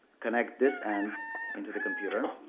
connect this end into the computer,